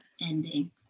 ending